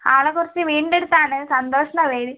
ആളെക്കുറിച്ച് വീടിൻ്റെ അടുത്താണ് സന്തോഷെന്നാണ് പേര്